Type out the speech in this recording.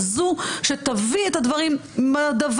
כזאת שתביא את הדברים דבר-דבר.